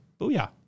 Booyah